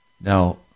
Now